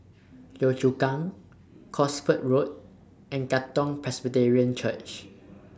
Yio Chu Kang Cosford Road and Katong Presbyterian Church